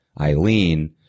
Eileen